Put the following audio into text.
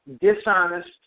dishonest